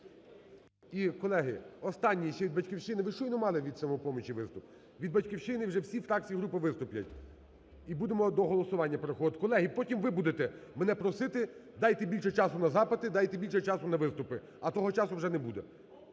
І, колеги, останній ще від "Батьківщини". Ви щойно мали від "Самопомочі" виступ. Від "Батьківщини", і вже всі фракції, групи виступлять. І будемо до голосування переходити. Колеги, потім ви будете мене просити, дайте більше часу на запити, дайте більше часу на виступи. А того часу вже не буде.